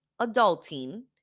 adulting